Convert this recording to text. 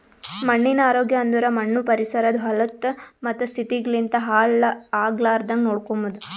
ಮಣ್ಣಿನ ಆರೋಗ್ಯ ಅಂದುರ್ ಮಣ್ಣು ಪರಿಸರದ್ ಹಲತ್ತ ಮತ್ತ ಸ್ಥಿತಿಗ್ ಲಿಂತ್ ಹಾಳ್ ಆಗ್ಲಾರ್ದಾಂಗ್ ನೋಡ್ಕೊಮದ್